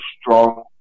strong